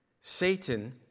Satan